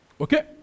Okay